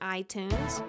iTunes